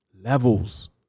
Levels